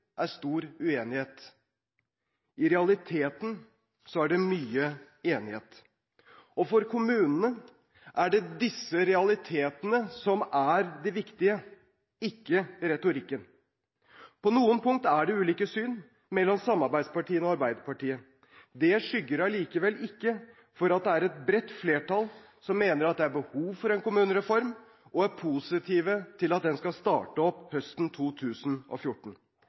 er stor uenighet. I realiteten er det mye enighet. For kommunene er det disse realitetene som er det viktige – ikke retorikken. På noen punkter er det ulike syn mellom samarbeidspartiene og Arbeiderpartiet. Det skygger allikevel ikke for at det er et bredt flertall som mener at det er behov for en kommunereform og er positive til at den skal starte opp høsten 2014.